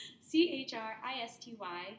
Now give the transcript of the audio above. C-H-R-I-S-T-Y